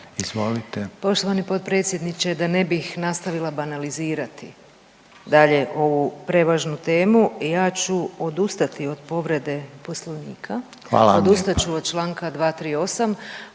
(HDZ)** Poštovani potpredsjedniče da ne bih nastavila banalizirati dalje ovu prevažnu temu ja ću odustati od povrede Poslovnika, odustat ću od članka 238.